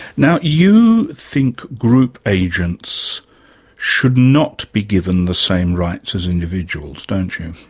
now, you think group agents should not be given the same rights as individuals, don't you?